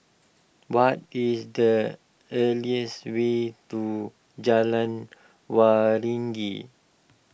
what is the earliest way to Jalan Waringin